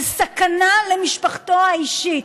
על סכנה למשפחתו האישית,